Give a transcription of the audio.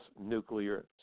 nuclear